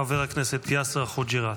חבר הכנסת יאסר חוג'יראת.